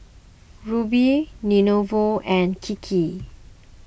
Rubi Lenovo and Kiki